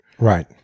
Right